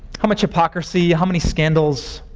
how much hypocrisy, how many scandals,